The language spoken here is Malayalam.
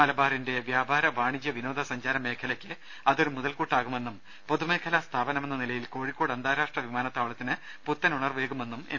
മലബാറിന്റെ വ്യാപാര വാണിജ്യ വിനോദ സഞ്ചാര മേഖലക്ക് അതൊരു മുതൽകൂട്ടാകുമെന്നും പൊതുമേഖല സ്ഥാപനമെന്ന നിലയിൽ കോഴിക്കോട് അന്താരാഷ്ട്ര വിമാനത്താവളത്തിന് പുത്തനുണർവേകുമെന്നും എം